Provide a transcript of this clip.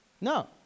No